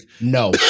no